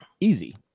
easy